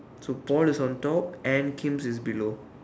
so Paul is on top and Kim's is below